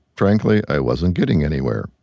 frankly, i wasn't getting anywhere,